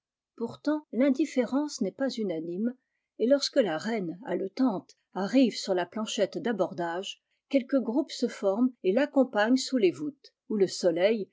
pourtant rindifférence n'est pas unanime et lorsque la reine haletante arrive sur la planchette d'abordage quelques groupes se forment et l'accompagnent sous les voûtes où le soleil